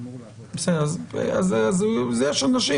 אז יש אנשים,